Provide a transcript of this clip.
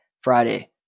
Friday